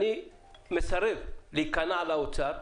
אני מסרב להיכנע לאוצר,